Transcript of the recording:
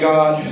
God